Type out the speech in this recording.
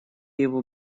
его